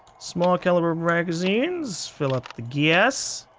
small caliber magazines, fill up the gas.